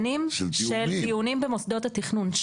שנים של דיונים במוסדות התכנון.